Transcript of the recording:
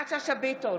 יפעת שאשא ביטון,